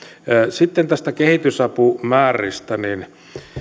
sitten näistä kehitysapumääristä